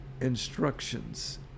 instructions